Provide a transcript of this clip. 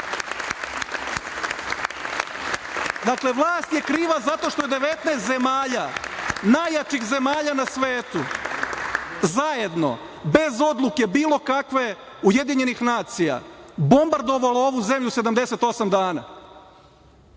vlast je kriva zato što je 19 zemalja, najjačih zemalja na svetu zajedno, bez odluke bilo kakve UN, bombardovalo ovu zemlju 78 dana. Ovo